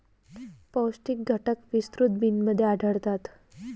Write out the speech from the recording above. पौष्टिक घटक विस्तृत बिनमध्ये आढळतात